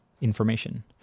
information